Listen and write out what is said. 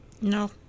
no